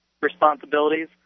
responsibilities